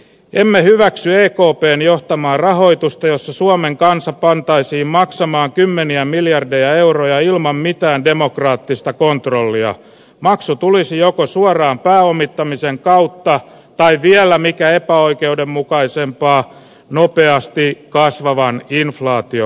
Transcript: emme hyväksyneet copen johtama rahoitusta jossa suomen kansa pantaisiin maksamaan kymmeniä miljardeja euroja ilman mitään demokraattista kontrollia maksu tulisi joko suoraan pääomittamisen kautta päivitellä mikä epäoikeudenmukaisempaa nopeasti kasvavan inflaatio